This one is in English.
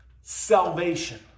salvation